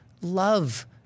love